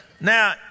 Now